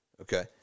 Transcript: okay